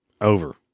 over